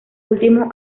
últimos